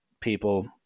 people